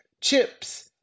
Chips